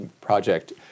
project